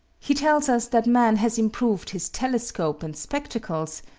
he tells us that man has improved his telescope and spectacles,